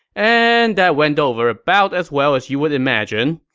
and that went over about as well as you would imagine.